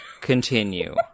Continue